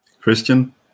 Christian